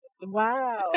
Wow